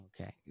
Okay